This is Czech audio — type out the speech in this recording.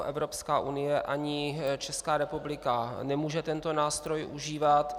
Evropská unie ani Česká republika nemůže tento nástroj užívat.